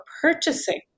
purchasing